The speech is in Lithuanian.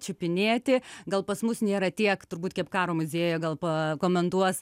čiupinėti gal pas mus nėra tiek turbūt kaip karo muziejuj gal pakomentuos